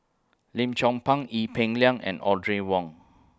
Lim Chong Pang Ee Peng Liang and Audrey Wong